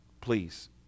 please